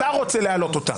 אתה רוצה להעלות אותה.